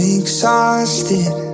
exhausted